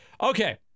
Okay